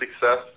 success